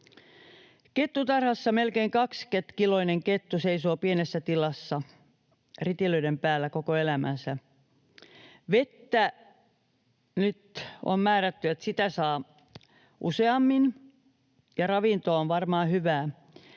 Kettutarhassa melkein 20-kiloinen kettu seisoo pienessä tilassa ritilöiden päällä koko elämänsä. Nyt on määrätty, että vettä saa useammin, ja ravinto on varmaan hyvää,